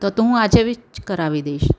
તો તો હું આજે જ કરાવી દઈશ